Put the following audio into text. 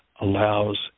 allows